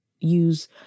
use